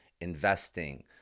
investing